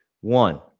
one